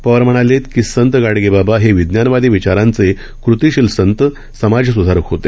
पवार म्हणालेत की संत गाडगेबाबा हे विज्ञानवादी विचारांचे कृतीशील संत समाजसुधारक होते